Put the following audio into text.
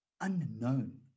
unknown